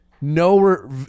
no